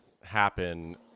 happen